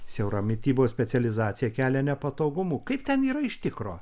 siaura mitybos specializacija kelia nepatogumų kaip ten yra iš tikro